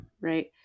right